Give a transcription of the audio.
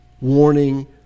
warning